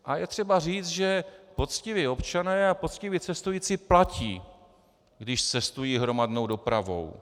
A je třeba říct, že poctiví občané a poctiví cestující platí, když cestují hromadnou dopravou.